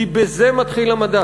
כי בזה מתחיל המדע.